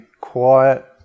quiet